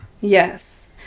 Yes